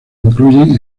incluyen